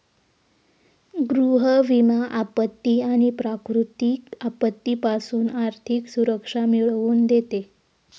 गृह विमा आपत्ती आणि प्राकृतिक आपत्तीपासून आर्थिक सुरक्षा मिळवून देते